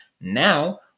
Now